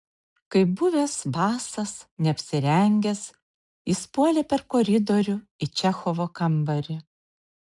kaip buvęs basas neapsirengęs jis puolė per koridorių į čechovo kambarį